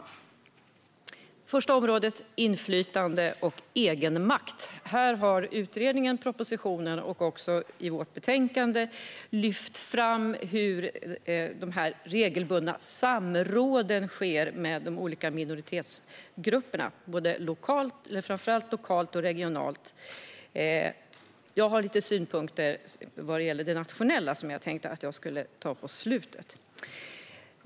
Det första området handlar om inflytande och egenmakt. Här lyfter utredningen, propositionen och betänkandet fram hur de regelbundna samråden sker med minoritetsgrupperna, framför allt lokalt och regionalt. Jag har några synpunkter vad gäller det nationella, vilket jag tänkte ta på slutet.